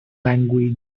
language